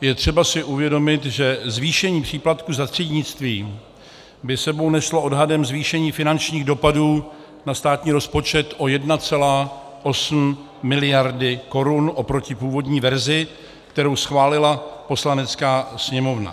je třeba si uvědomit, že zvýšení příplatku za třídnictví by s sebou neslo odhadem zvýšení finančních dopadů na státní rozpočet o 1,8 mld. korun oproti původní verzi, kterou schválila Poslanecká sněmovna.